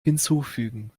hinzufügen